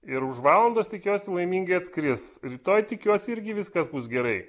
ir už valandos tikiuosi laimingai atskris rytoj tikiuosi irgi viskas bus gerai